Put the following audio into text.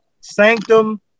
sanctum